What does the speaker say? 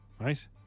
right